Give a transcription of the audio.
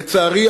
לצערי,